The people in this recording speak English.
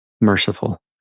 merciful